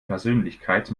persönlichkeit